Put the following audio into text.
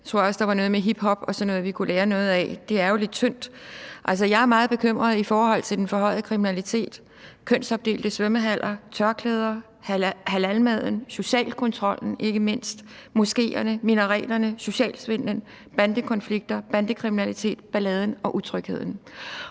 Jeg tror også, at der var noget med hiphop og sådan noget, vi kunne lære noget af. Det er jo lidt tyndt. Altså, jeg er meget bekymret i forhold til den forhøjede kriminalitet, kønsopdelte svømmehaller, tørklæder, halalmad, ikke mindst social kontrol, moskeerne, minareterne, socialsvindelen, bandekonflikter, bandekriminalitet, balladen og utrygheden.